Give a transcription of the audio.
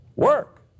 Work